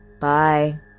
Bye